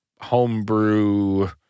homebrew